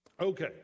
okay